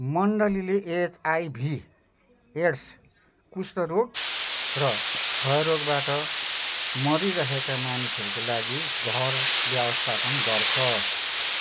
मण्डलीले HIV AIDS कुष्ठरोग र क्षयरोगबाट मरिरहेका मानिसहरूको लागि घर व्यस्थापन गर्छ